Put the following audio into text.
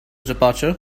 departure